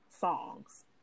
songs